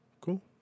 Cool